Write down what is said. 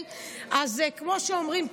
אז כמו שאומרים,